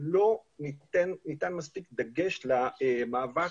שלא ניתן מספיק דגש למאבק